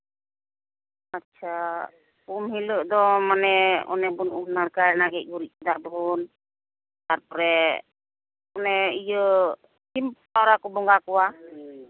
ᱟᱪᱪᱷᱟ ᱩᱢ ᱦᱤᱞᱳᱜ ᱫᱚ ᱢᱟᱱᱮ ᱚᱱᱮᱵᱚᱱ ᱩᱢ ᱱᱟᱲᱠᱟᱭᱮᱱᱟ ᱜᱮᱡ ᱜᱩᱨᱤᱡ ᱠᱮᱫᱟᱵᱚᱱ ᱛᱟᱨᱯᱚᱨᱮ ᱚᱱᱮ ᱤᱭᱟᱹ ᱥᱤᱢ ᱯᱟᱣᱨᱟ ᱠᱚ ᱵᱚᱸᱜᱟ ᱠᱚᱣᱟ